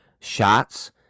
shots